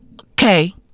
okay